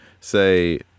say